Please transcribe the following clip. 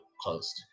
closed